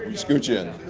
scooch in.